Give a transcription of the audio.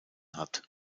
hat